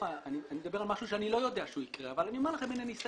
אני מדבר על משהו שאני לא יודע שהוא יקרה אבל אני אומר לכם מהניסיון.